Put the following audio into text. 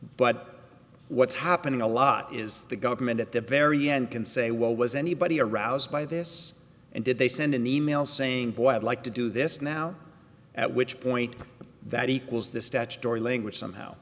but what's happening a lot is the government at the very end can say well was anybody aroused by this and did they send an email saying boy i'd like to do this now at which point that equals the statutory language somehow